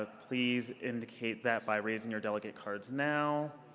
ah please indicate that by raising your delegate cards now.